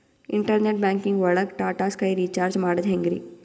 Internet banking ಒಳಗ್ Tata Sky recharge ಮಾಡದ್ ಹೆಂಗ್ರೀ?